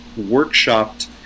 workshopped